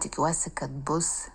tikiuosi kad bus